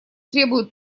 требуют